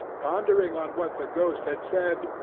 pondering on what the ghost had said,